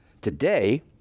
today